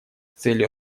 целью